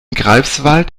greifswald